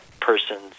person's